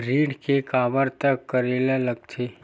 ऋण के काबर तक करेला लगथे?